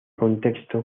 contexto